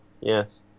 Yes